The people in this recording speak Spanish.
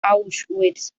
auschwitz